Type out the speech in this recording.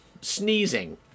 Sneezing